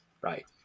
right